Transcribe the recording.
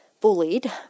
bullied